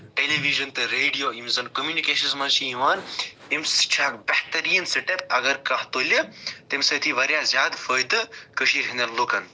ٹیلی vision تہٕ radio یِم زَن کوٚمُنِکیشنَس منٛز چھِ یِوان اَمہِ سۭتۍ چھُ اکھ بہتریٖن سِٹٮ۪پ اَگر کانٛہہ تُلہِ تَمہِ سۭتۍ یی واریاہ زیادٕ فٲیدٕ کٔشیٖر ہٕنٛدٮ۪ن لُکَن